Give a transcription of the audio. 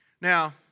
Now